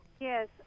Yes